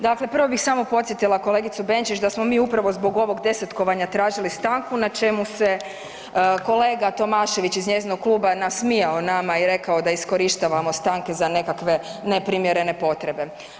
Dakle, prvo bih samo podsjetila kolegicu Benčić da smo mi upravo zbog ovog 10-kovanja tražili stanku na čemu se kolega Tomašević iz njezinog kluba nasmijao nama i rekao da iskorištavamo stanke za nekakve neprimjerene potrebe.